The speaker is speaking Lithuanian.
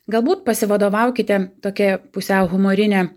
galbūt pasivadovaukite tokia pusiau humorine